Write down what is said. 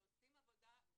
שעושים עבודה.